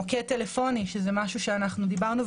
מוקד טלפוני שזה משהו שאנחנו דיברו,